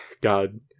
God